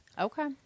Okay